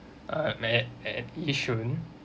uh made at yishun